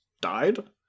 died